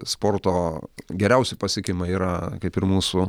sporto geriausi pasiekimai yra kaip ir mūsų